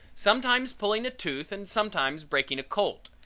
sometimes pulling a tooth and sometimes breaking a colt.